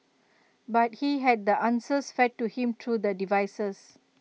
but he had the answers fed to him through the devices